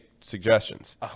suggestions